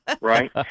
Right